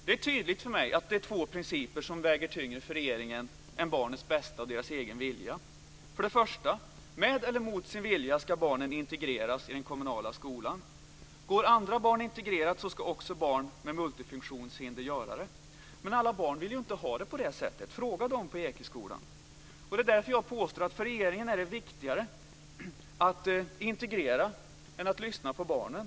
Det är tydligt för mig att det är två principer som väger tyngre för regeringen än barnens bästa och deras egen vilja. För det första ska barnen, med eller mot sin vilja, integreras i den kommunala skolan. Går andra barn integrerat ska också barn med multifunktionshinder göra det. Men alla barn vill inte ha det på det sättet. Fråga de på Ekeskolan! Det är därför som jag påstår att det för regeringen är viktigare att integrera än att lyssna på barnen.